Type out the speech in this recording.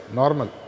normal